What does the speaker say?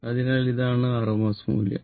അതിനാൽ ഇതാണ് rms മൂല്യം